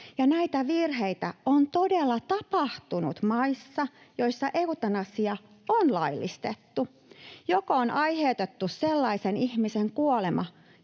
näitä virheitä on todella tapahtunut maissa, joissa eutanasia on laillistettu. Joko on aiheutettu sellaisen ihmisen kuolema,